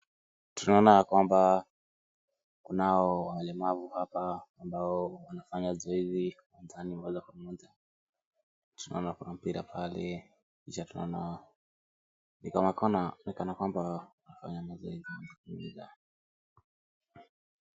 Tunaona ya kwamba kunao walemavu hapa ambao wanafanya zoezi uwanjani moja kwa moja. Tunaona kuna mpira pale kisha tunaona ni kana kwamba wanafanya mazoezi na miguu yao.